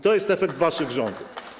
To jest efekt waszych rządów.